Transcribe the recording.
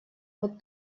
вот